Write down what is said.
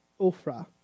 Ophrah